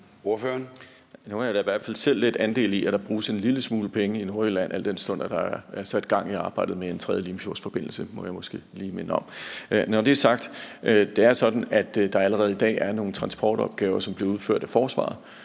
Nu har jeg da i hvert fald selv lidt en andel i, at der bruges en lille smule penge i Nordjylland, al den stund der er sat gang i arbejdet med en tredje Limfjordsforbindelse – det vil jeg måske lige minde om. Når det er sagt, er det sådan, at der allerede i dag er nogle transportopgaver, som bliver udført af forsvaret.